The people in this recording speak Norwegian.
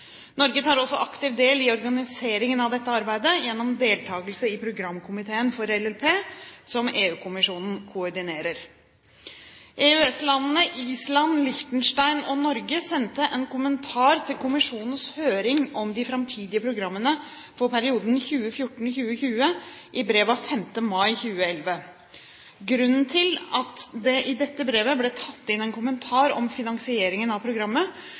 Norge tar også aktiv del i organiseringen av dette arbeidet gjennom deltakelse i programkomiteen for LLP, som EU-kommisjonen koordinerer. EØS-landene Island, Liechtenstein og Norge sendte en kommentar til kommisjonens høring om de framtidige programmene for perioden 2014–2020 i brev av 5. mai 2011. Grunnen til at det i dette brevet ble tatt inn en kommentar om finansieringen av programmet,